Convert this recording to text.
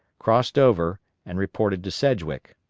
crossed over and reported to sedgwick.